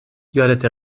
یادته